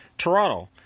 Toronto